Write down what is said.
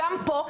גם פה,